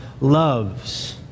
loves